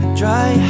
dry